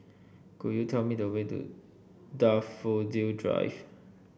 could you tell me the way to Daffodil Drive